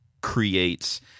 creates